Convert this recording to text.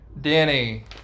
Danny